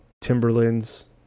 Timberland's